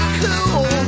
cool